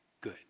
good